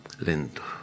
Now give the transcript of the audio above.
lento